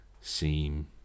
seem